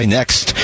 Next